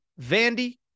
Vandy